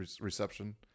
reception